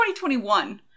2021